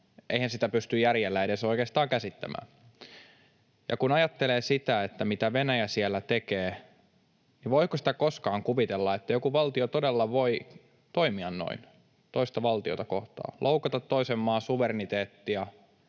eihän sitä pysty järjellä edes oikeastaan käsittämään. Ja kun ajattelee sitä, mitä Venäjä siellä tekee, niin voiko sitä koskaan kuvitella, että joku valtio todella voi toimia noin toista valtiota kohtaan, loukata toisen maan suvereniteettia